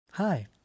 Hi